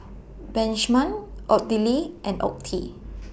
Benjman Odile and Ottie